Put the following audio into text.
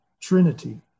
Trinity